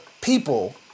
people